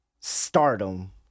Stardom